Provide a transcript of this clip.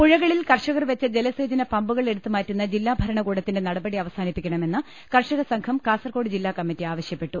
പുഴകളിൽ കർഷകർ വെച്ച ജലസേചന് പമ്പുകൾ എടുത്തുമാറ്റുന്ന ജില്ലാ ഭരണകൂടത്തിന്റെ നട്ടപടി അവസാനി പ്പിക്കണമെന്ന് കർഷക സംഘം കാസർകോട് ജില്ലാ കമ്മിറ്റി ആവശ്യപ്പെട്ടു